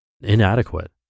inadequate